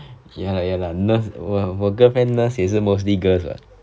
ya lah ya lah nurse 我 girlfriend nurse 也是 mostly girls ah